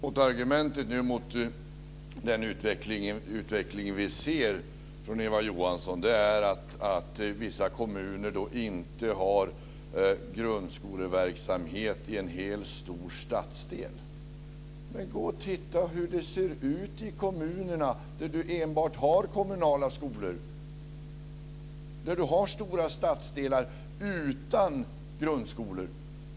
Fru talman! Eva Johanssons argument mot den utveckling vi nu ser är att vissa kommuner inte har grundskoleverksamhet i en hel stor stadsdel. Men titta hur det ser ut i kommunerna, där det finns enbart kommunala skolor och där det finns stora stadsdelar utan grundskolor!